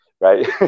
right